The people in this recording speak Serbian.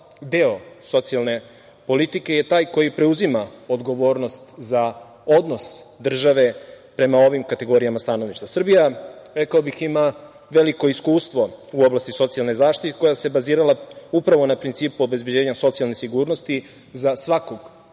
deo socijalne politike je taj koji preuzima odgovornost za odnos države prema ovim kategorijama stanovništva. Srbija, rekao bih, ima veliko iskustvo u oblasti socijalne zaštite, koja se bazirala upravo na principu obezbeđenja socijalne sigurnosti za svakog građanina,